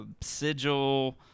Sigil